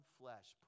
flesh